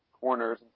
corners